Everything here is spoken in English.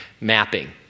mapping